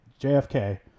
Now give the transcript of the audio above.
JFK